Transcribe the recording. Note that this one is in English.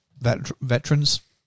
veterans